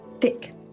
thick